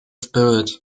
spirit